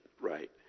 Right